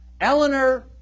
Eleanor